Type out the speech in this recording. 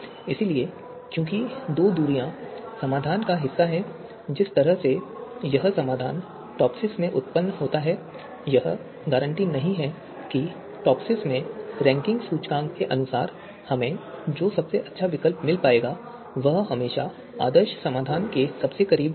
इसलिए क्योंकि दो दूरियां समाधान का हिस्सा हैं जिस तरह से यह समाधान टॉपसिस में उत्पन्न होता है यह गारंटी नहीं है कि टॉपसिस में रैंकिंग सूचकांक के अनुसार हमें जो सबसे अच्छा विकल्प मिलता है वह हमेशा आदर्श समाधान के सबसे करीब होता है